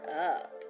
up